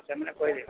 ଆଚ୍ଛା ଦେମାନେ କହିଦେବେ